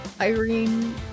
Irene